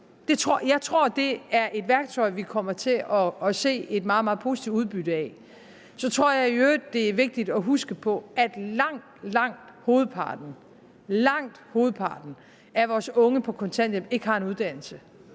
Jeg tror, det er et værktøj, vi kommer til at se et meget, meget positivt udbytte af. Så tror jeg i øvrigt, det er vigtigt at huske på, at langt hovedparten – langt hovedparten – af vores unge på kontanthjælp ikke har en uddannelse.